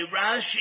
Rashi